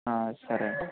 సరే అండి